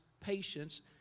patience